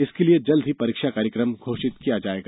इसके लिए जल्द ही परीक्षा कार्यक्रम घोषित किया जायेगा